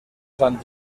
sant